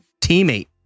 teammate